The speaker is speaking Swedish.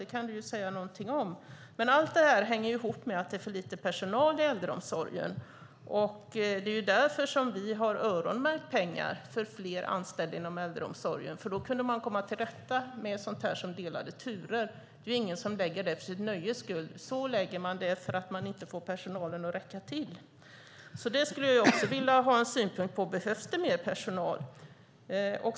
Det kan du säga någonting om. Allt detta hänger ihop med att det är för lite personal i äldreomsorgen. Det är därför som vi har öronmärkt pengar för fler anställda inom äldreomsorgen. Då kan man komma till rätta med sådant som delade turer. Det är ingen som lägger det för sitt nöjes skull. Så lägger man det när man inte får personalen att räcka till. Det skulle jag också vilja ha en synpunkt på. Behövs det mer personal?